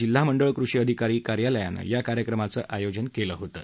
जिल्हा मंडळ कृषी अधिकारी कार्यालयानं या कार्यक्रमाचं आयोजन केलं होतं